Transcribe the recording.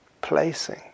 placing